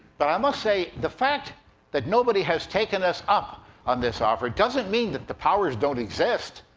but i must say, the fact that nobody has taken us up on this offer doesn't mean that the powers don't exist.